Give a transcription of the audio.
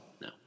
No